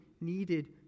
needed